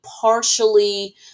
partially